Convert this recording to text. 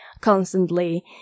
constantly